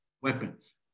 weapons